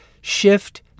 shift